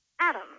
Adam